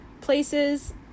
places